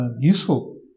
useful